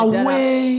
away